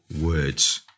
words